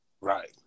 Right